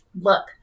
look